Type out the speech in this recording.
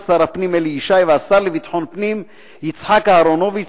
שר הפנים אלי ישי והשר לביטחון פנים יצחק אהרונוביץ